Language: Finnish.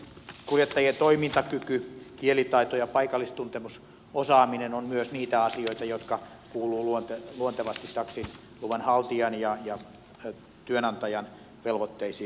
kuljettajien toimintakyky kielitaito ja paikallistuntemusosaaminen ovat niitä asioita jotka myös kuuluvat luontevasti taksiluvan haltijan ja työnantajan velvoitteisiin